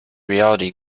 reality